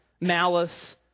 malice